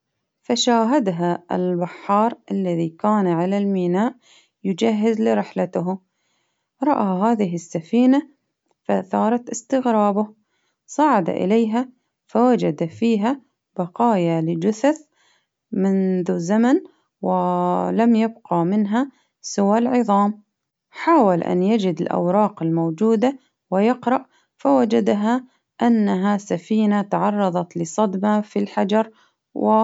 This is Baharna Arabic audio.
فشاهدها البحار الذي كان على الميناء يجهز لرحلته، رأى هذه السفينة فثارت إستغرابه، صعد إليها فوجد فيها بقايا لجثث منذ زمن، ولم يبقى منها سوي العظام، حاول أن يجد الأوراق الموجودة ويقرأ، فوجدها أنها سفينة تعرضت لصدمة في الحجر.